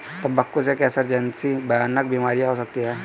तंबाकू से कैंसर जैसी भयानक बीमारियां हो सकती है